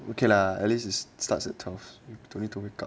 okay lah at least is starts at twelve twenty two wake up